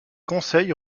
conseil